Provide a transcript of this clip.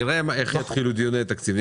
נראה איך יתחילו דיוני התקציב,